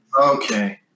Okay